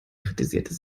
kritisierte